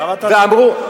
למה אתה,